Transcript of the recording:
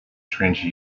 strange